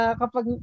kapag